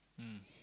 mm